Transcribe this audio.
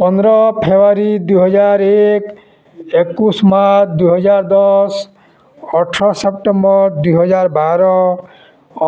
ପନ୍ଦର ଫେବୃଆରୀ ଦୁଇହଜାର ଏକୋଇଶ ମାର୍ଚ୍ଚ ଦୁଇହଜାର ଦଶ ଅଠର ସେପ୍ଟେମ୍ବର ଦୁଇହଜାର ବାର